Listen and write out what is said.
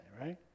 right